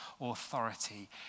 authority